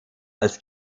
als